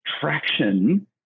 traction